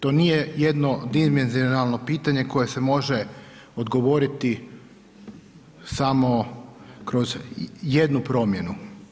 To nije jedno dimenzionalno pitanje koje se može odgovoriti samo kroz jednu promjenu.